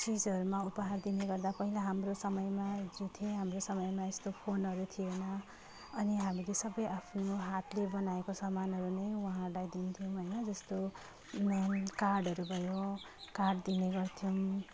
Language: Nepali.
चिजहरूमा उपहार दिने गर्दा पहिला हाम्रो समयमा जो थिए हाम्रो समयमा यस्तो फोनहरू थिएन अनि हामीले सबै आफ्नो हातले बनाएको सामानहरू नै उहाँहरूलाई दिन्थ्यौँ होइन जस्तो कार्डहरू भयो कार्ड दिने गर्थ्यौँ